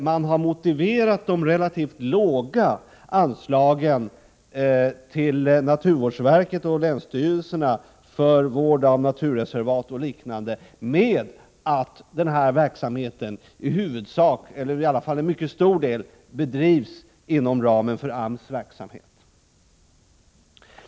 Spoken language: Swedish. motiverat de relativt låga anslagen till naturvårdsverket och länsstyrelserna för vård av naturreservat och liknande med att denna verksamhet i huvudsak eller i varje fall till mycket stor del bedrivs inom ramen för AMS verksamhet.